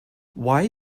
why